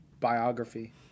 biography